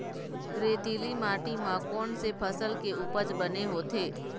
रेतीली माटी म कोन से फसल के उपज बने होथे?